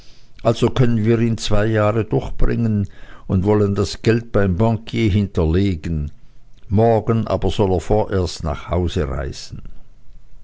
also können wir ihn zwei jahre durchbringen und wollen das geld beim bankier hinterlegen morgen aber soll er vorerst nach hause reisen